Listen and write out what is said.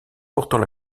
pourtant